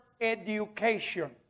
education